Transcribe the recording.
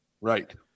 right